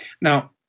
Now